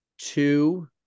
two